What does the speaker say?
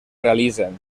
realitzen